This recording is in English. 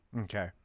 Okay